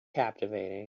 captivating